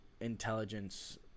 intelligence